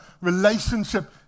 relationship